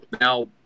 Now